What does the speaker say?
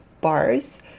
bars